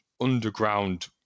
underground